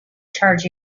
charge